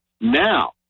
Now